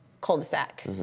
cul-de-sac